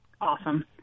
Awesome